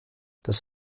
das